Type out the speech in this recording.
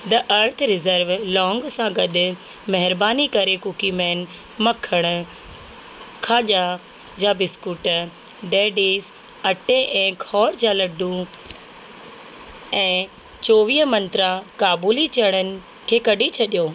the earth reserve लौंग सां गॾु महिरबानी करे कुकीमेन मख़ण खाजा जा बिस्कुट डैडीज अटे ऐं खौर जा लड्डू ऐं चोवीह मंत्रा काबुली चणनि खे कढी छॾियो